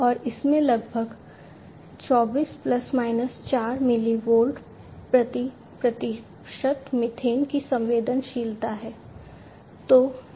और इसमें लगभग 24 ± 4 मिली वोल्ट प्रति प्रतिशत मीथेन की संवेदनशीलता है